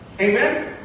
Amen